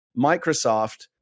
microsoft